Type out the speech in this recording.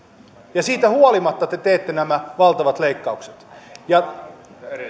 ja siitä huolimatta te teette nämä valtavat leikkaukset